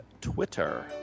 twitter